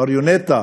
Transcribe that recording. מַרְיוֹנֶטָה,